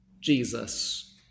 Jesus